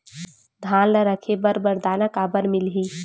धान ल रखे बर बारदाना काबर मिलही?